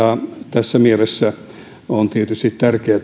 tässä mielessä on tietysti tärkeätä että